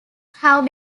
have